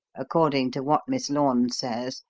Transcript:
according to what miss lorne says,